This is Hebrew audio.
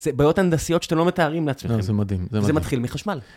זה בעיות הנדסיות שאתם לא מתארים לעצמכם. זה מדהים, זה מדהים. זה מתחיל מחשמל.